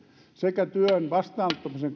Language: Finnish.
sekä työn vastaanottamisen